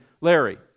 Larry